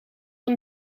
van